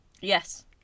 Yes